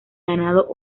ganado